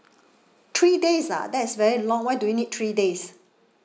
three days ah that is very long why do you need three days